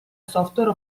software